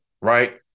right